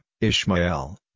Ishmael